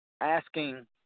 asking